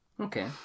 Okay